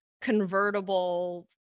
convertible